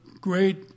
great